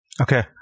Okay